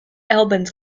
albans